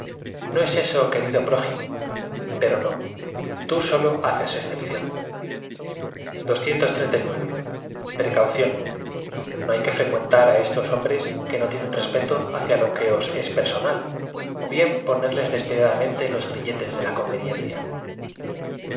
no es eso querido prójimo poro no tú sólo haces excepción precaución o h ay que frecuentar á esos hombres que no tie nen respeto hacia lo que os es personal ó bien poner les despiadadamente los grilletes de la conveniencia